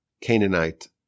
Canaanite